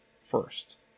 First